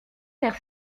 faire